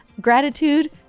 Gratitude